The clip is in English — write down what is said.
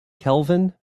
kelvin